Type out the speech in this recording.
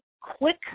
quick